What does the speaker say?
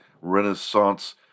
renaissance